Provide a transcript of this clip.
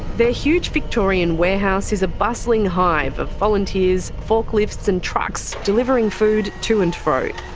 their huge victorian warehouse is a bustling hive of volunteers, forklifts and trucks delivering food to and fro.